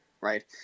right